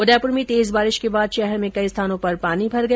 उदयपुर में तेज बारिश के बाद शहर में कई स्थानों पर पानी भर गया